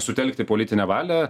sutelkti politinę valią